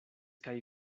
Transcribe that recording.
kaj